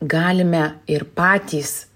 galime ir patys